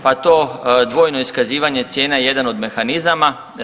Pa to dvojno iskazivanje cijena je jedan od mehanizama.